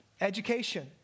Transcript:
education